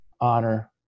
honor